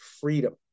freedom